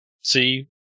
see